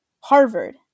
Harvard